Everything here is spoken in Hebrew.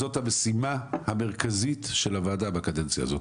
זאת המשימה המרכזית של הוועדה בקדנציה הזאת.